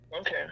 Okay